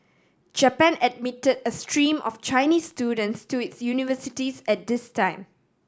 Japan admitted a stream of Chinese students to its universities at this time